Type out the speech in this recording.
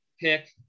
pick